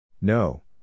No